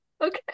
Okay